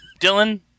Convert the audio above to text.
Dylan